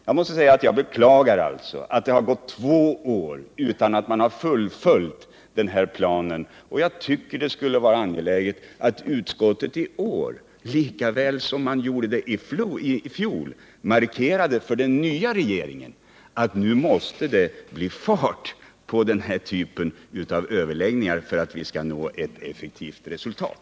Jag beklagar att det har gått två år utan att man fullföljt planen, och jag tycker att det skulle vara angeläget att utskottet i år — lika väl som utskottet gjorde det i fjol för den dåvarande regeringen — markerar för den nuvarande regeringen att det måste bli fart på den här typen av överläggningar så att vi når ett resultat.